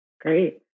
Great